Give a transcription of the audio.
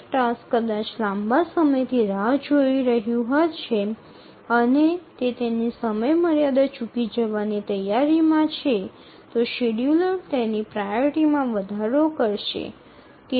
એક ટાસ્ક કદાચ લાંબા સમયથી રાહ જોઈ રહ્યું હશે અને તે તેની સમયમર્યાદા ચૂકી જવાની તૈયારીમાં છે તો શેડ્યૂલર તેની પ્રાયોરિટી માં વધારો કરશે